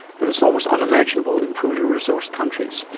but it's almost unimaginable in poorly resourced countries.